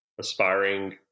aspiring